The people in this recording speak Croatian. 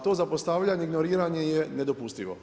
To zapostavljanje i ignoriranje je nedopustivo.